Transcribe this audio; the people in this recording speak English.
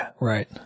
right